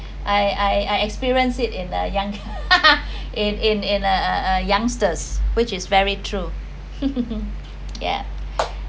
I I I experience it in the young in in in uh youngsters which is very true yeah